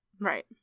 Right